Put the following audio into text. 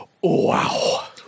wow